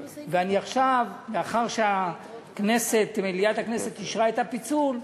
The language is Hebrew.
עכשיו, לאחר שמליאת הכנסת אישרה את הפיצול,